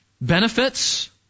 Benefits